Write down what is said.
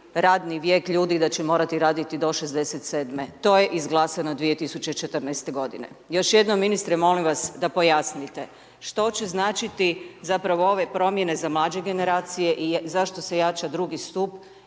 radni vijek ljudi i da će morati raditi do 67. To je izglasano 2014. g. Još jednom ministre, molim vas, da pojasnite, što će značiti zapravo ove promijene za mlađe generacije i zašto se jača drugi stup